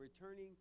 returning